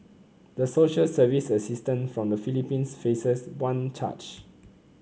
the social service assistant from the Philippines faces one charge